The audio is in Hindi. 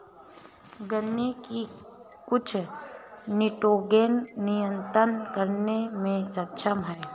गन्ने की कुछ निटोगेन नियतन करने में सक्षम है